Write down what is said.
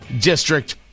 district